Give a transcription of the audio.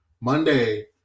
Monday